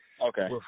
Okay